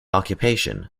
occupation